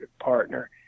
partner